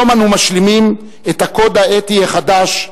היום אנו משלימים את הקוד האתי החדש,